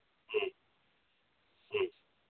ꯎꯝ ꯎꯝ